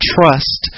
trust